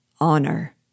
Honor